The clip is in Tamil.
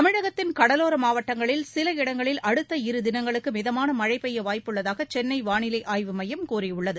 தமிழகத்தின் கடலோர மாவட்டங்களில் சில இடங்களில் அடுத்த இரு தினங்களுக்கு மிதமான மழை பெய்ய வாய்ப்புள்ளதாக சென்னை வானிலை ஆய்வு மையம் கூறியுள்ளது